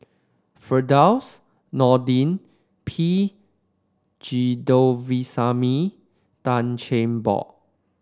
Firdaus Nordin P Govindasamy Tan Cheng Bock